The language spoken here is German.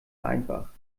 einfach